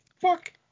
fuck